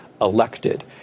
elected